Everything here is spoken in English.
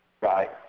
Right